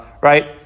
right